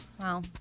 Wow